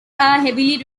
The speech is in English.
heavily